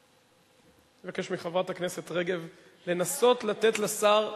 אני מבקש מחברת הכנסת רגב לנסות לתת לשר,